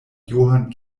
johann